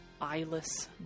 eyeless